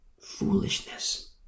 Foolishness